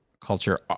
culture